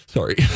sorry